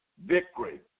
victory